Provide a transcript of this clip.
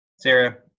Sarah